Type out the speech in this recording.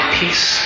peace